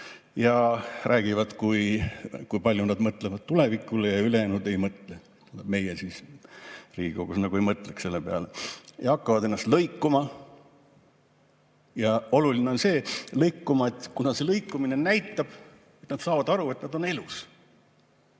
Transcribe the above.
ja räägivad, kui palju nad mõtlevad tulevikule ja et ülejäänud ei mõtle. Meie siis Riigikogus nagu ei mõtleks selle peale. Hakkavad ennast lõikuma. Ja oluline on see, et lõikuma sellepärast, kuna see lõikumine näitab ja nad saavad aru, et nad on elus.